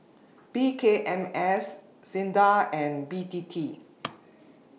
P K M S SINDA and B T T